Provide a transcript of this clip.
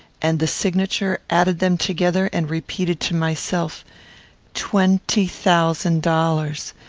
and the signature added them together, and repeated to myself twenty thousand dollars!